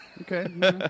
Okay